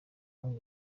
muri